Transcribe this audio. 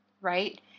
right